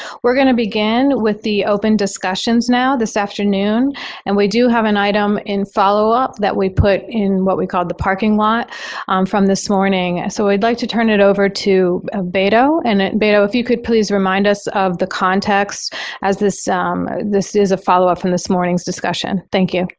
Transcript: we're going to begin with the open discussions now this afternoon and we do have an item in follow up that we put in what we called the parking lot from this morning. so i'd like to turn it over to ah beto, and beto if you could please remind us of the context as this um this is a follow up from this morning's discussion. thank you.